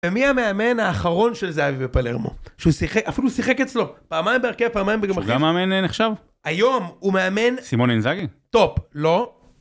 ומי המאמן האחרון של זהבי בפלרמו? שהוא שיחק, אפילו הוא שיחק אצלו. פעמיים בהרכב, פעמיים בגמחים. שהוא גם מאמן נחשב. היום הוא מאמן... סימון הנזאגי. טופ, לא.